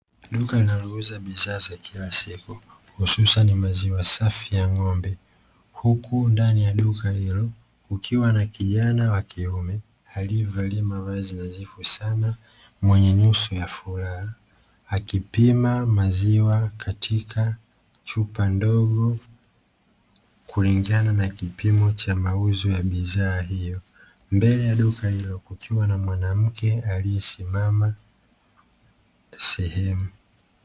Duka linalouza bidha za kila siku hususani maziwa safi ya ng'ombe, huku ndani ya duka ilo kukiwa na kijana wa kiume alievalia mavazi nadhifu sana mwenye nyuso ya furaha akipima maziwa katika chupa ndogo kulingana na kipimo cha mauzo ya bidhaa hio. Mbele ya duka ilo kukiwa na mwanamke aliyesimama sehemu.